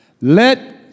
Let